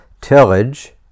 tillage